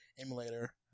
emulator